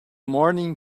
morning